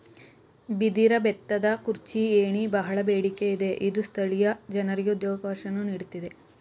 ಬಿದಿರ ಬೆತ್ತದ ಕುರ್ಚಿ, ಏಣಿ, ಬಹಳ ಬೇಡಿಕೆ ಇದೆ ಇದು ಸ್ಥಳೀಯ ಜನರಿಗೆ ಉದ್ಯೋಗವಕಾಶವನ್ನು ನೀಡುತ್ತಿದೆ